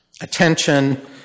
attention